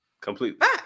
Completely